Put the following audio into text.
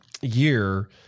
year